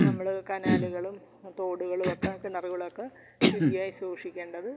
നമ്മൾ കനാലുകളും തോടുകളുമൊക്കെ കിണറുകളൊക്കെ ശുചിയായി സൂക്ഷിക്കേണ്ടത്